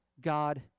God